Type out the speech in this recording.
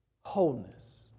wholeness